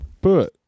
Put